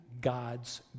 God's